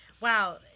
wow